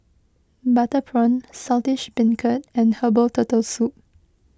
Butter Prawn Saltish Beancurd and Herbal Turtle Soup